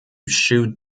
shoot